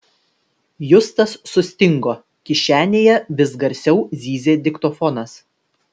justas sustingo kišenėje vis garsiau zyzė diktofonas